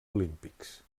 olímpics